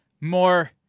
more